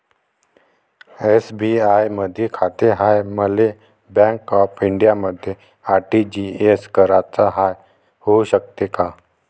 SBI मधी खाते हाय, मले बँक ऑफ इंडियामध्ये आर.टी.जी.एस कराच हाय, होऊ शकते का?